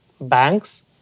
banks